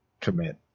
Commit